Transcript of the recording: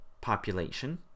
population